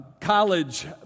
college